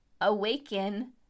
awaken